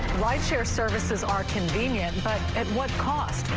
rideshare services are convenient but at what cost?